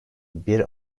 bir